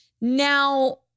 Now